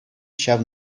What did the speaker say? ҫав